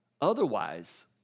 Otherwise